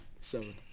Seven